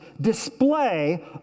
display